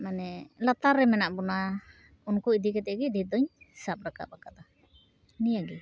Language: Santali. ᱢᱟᱱᱮ ᱞᱟᱛᱟᱨ ᱨᱮ ᱢᱮᱱᱟ ᱵᱚᱱᱟ ᱩᱱᱠᱩ ᱤᱫᱤ ᱠᱟᱛᱮ ᱜᱮ ᱰᱷᱮᱨ ᱫᱩᱧ ᱥᱟᱵ ᱨᱟᱠᱟᱵ ᱟᱠᱟᱫᱟ ᱱᱤᱭᱟᱹ ᱜᱮ